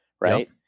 Right